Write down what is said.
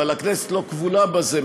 אבל הכנסת לא כבולה בזה,